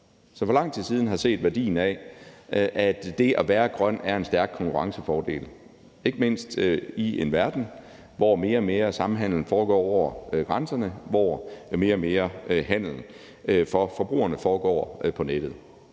som for lang tid siden har set værdien af, at det at være grøn er en stærk konkurrencefordel, ikke mindst i en verden, hvor mere og mere samhandel foregår over grænserne, og hvor mere og mere handel for forbrugerne foregår på nettet.